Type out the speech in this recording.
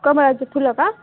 कमळाची फुलं का